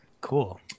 Cool